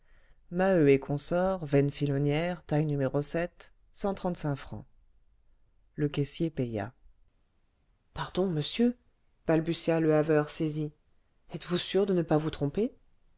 maheu et consorts veine filonnière taille numéro sept cent trente-cinq francs le caissier paya pardon monsieur balbutia le haveur saisi êtes-vous sûr de ne pas vous tromper